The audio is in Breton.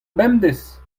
bemdez